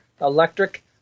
electric